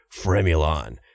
Fremulon